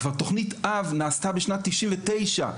כבר תוכנית אב נעשתה בשנת 1999,